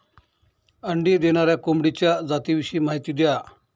अंडी देणाऱ्या कोंबडीच्या जातिविषयी माहिती द्या